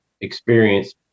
experience